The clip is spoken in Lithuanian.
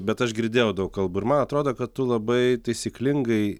bet aš girdėjau daug kalbų ir man atrodo kad tu labai taisyklingai